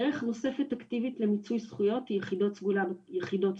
דרך נוספת אקטיבית למיצוי זכויות היא יחידות סגולה,